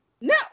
No